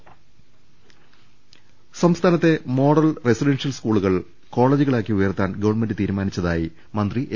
ദർവ്വെട്ടറ സംസ്ഥാനത്തെ model residential സ്കൂളുകൾ കോളജുകളാക്കി ഉയർത്താൻ ഗവൺമെന്റ് തീരുമാനിച്ചതായി മന്ത്രി എ